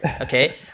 Okay